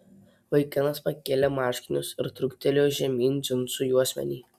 vaikinas pakėlė marškinius ir truktelėjo žemyn džinsų juosmenį